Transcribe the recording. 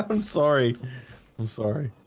i'm sorry. i'm sorry